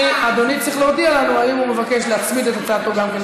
אדוני צריך להודיע לנו אם הוא מבקש להצמיד את הצעתו גם כן,